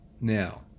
now